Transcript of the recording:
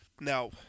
Now